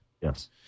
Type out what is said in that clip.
Yes